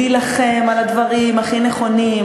להילחם על הדברים הכי נכונים,